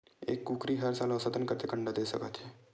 एक कुकरी हर साल औसतन कतेक अंडा दे सकत हे?